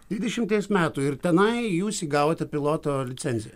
dvidešimties metų ir tenai jūs įgavote piloto licenciją